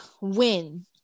win